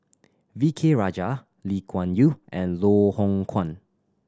V K Rajah Lee Kuan Yew and Loh Hoong Kwan